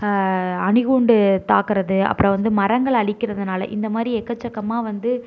அணுகுண்டு தாக்குகிறது அப்புறம் வந்து மரங்களை அழிக்கிறதுனால இந்த மாதிரி எக்கச்சக்கமாக வந்து